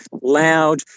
loud